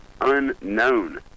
unknown